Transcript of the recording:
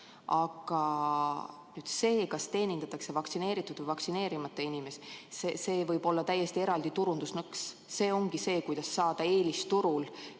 Aga see, kas teenindatakse vaktsineeritud või vaktsineerimata inimesi, võib olla täiesti eraldi turundusnõks. See ongi see, kuidas saada eelis turul